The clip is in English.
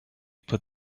put